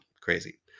Crazy